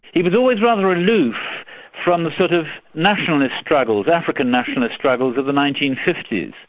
he was always rather aloof from the sort of nationalist struggles, african nationalist struggles of the nineteen fifty s.